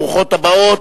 ברוכות הבאות.